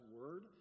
word